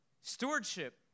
Stewardship